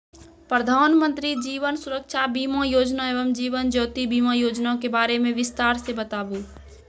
प्रधान मंत्री जीवन सुरक्षा बीमा योजना एवं जीवन ज्योति बीमा योजना के बारे मे बिसतार से बताबू?